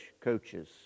coaches